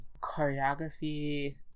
Choreography